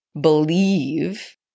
believe